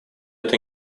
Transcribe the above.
это